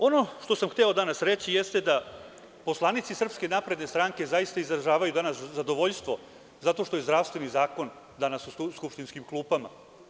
Ono što sam hteo danas reći jeste da poslanici SNS zaista izražavaju danas zadovoljstvo zato što je zdravstveni zakon danas u skupštinskim klupama.